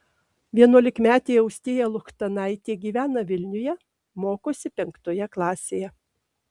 vienuolikmetė austėja luchtanaitė gyvena vilniuje mokosi penktoje klasėje